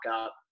up